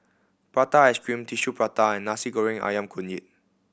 prata ice cream Tissue Prata and Nasi Goreng Ayam Kunyit